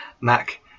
mac